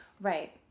Right